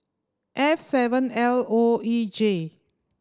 F seven L O E J